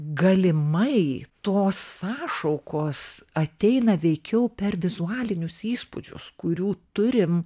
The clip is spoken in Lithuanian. galimai tos sąšaukos ateina veikiau per vizualinius įspūdžius kurių turim